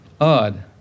odd